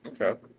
Okay